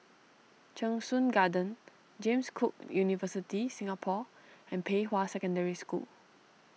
Cheng Soon Garden James Cook University Singapore and Pei Hwa Secondary School